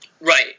Right